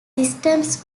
systems